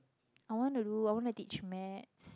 I want to do I want to teach maths